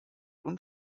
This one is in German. und